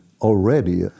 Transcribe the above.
already